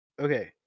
Okay